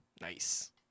nice